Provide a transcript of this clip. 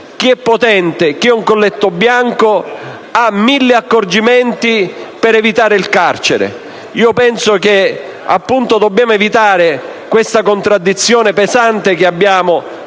chi è potente, chi è un colletto bianco ha invece mille accorgimenti per evitare il carcere. Dobbiamo evitare questa contraddizione pesante che abbiamo